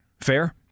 Fair